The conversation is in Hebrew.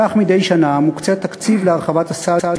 כך מדי שנה מוקצה תקציב להרחבת הסל,